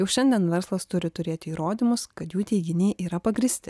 jau šiandien verslas turi turėti įrodymus kad jų teiginiai yra pagrįsti